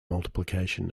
multiplication